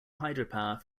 hydropower